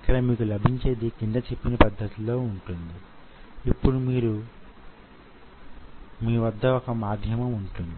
skeletal muscle లో ఇంకొక రకంగానూ వుంటుంది